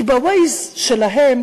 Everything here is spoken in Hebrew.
כי ב-Waze שלהם,